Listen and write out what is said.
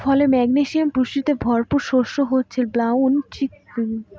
ফলে, ম্যাগনেসিয়াম পুষ্টিতে ভরপুর শস্য হচ্ছে ব্রাউন চিকপি